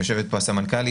יושבת פה הסמנכ"לית,